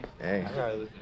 Hey